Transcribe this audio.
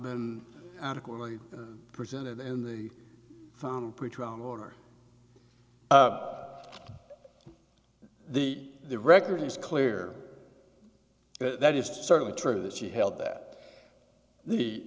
been adequately presented in the found order the record is clear that that is certainly true that she held that the